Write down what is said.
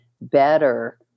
better